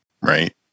right